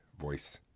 voice